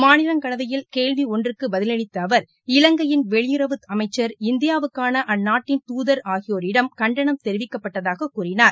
மாநிலங்களவையில் கேள்வி குன்றுக்கு பதிலளித்த அவர் இலங்கையின் வெளியுறவு அமைச்சர் இந்தியாவுக்கான அந்நாட்டின் துதர் ஆகியோரிடம் கண்டனம் தெரிவிக்கப்பட்டதாக கூறினார்